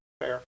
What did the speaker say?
Fair